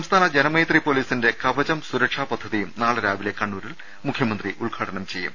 സംസ്ഥാന ജനമൈത്രി പോലീസിന്റെ കവചം സുരക്ഷാ പദ്ധതിയും നാളെ രാവിലെ കണ്ണൂരിൽ മുഖ്യമന്ത്രി ഉദ്ഘാടനം ചെയ്യും